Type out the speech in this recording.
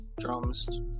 drums